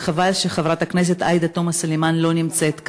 וחבל שחברת הכנסת עאידה תומא סלימאן אינה נמצאת כאן,